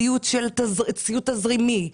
סיוט תזרימי,